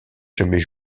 jamais